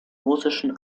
russischen